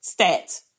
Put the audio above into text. Stats